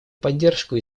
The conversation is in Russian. поддержку